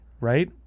Right